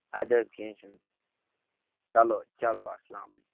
ادٕ حظ کیٚنہہ چھُنہٕ چلو چلو السلامُ علیکُم